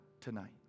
tonight